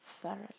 thoroughly